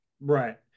right